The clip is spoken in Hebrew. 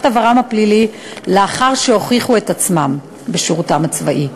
עברם הפלילי לאחר שהוכיחו את עצמם בשירותם הצבאי.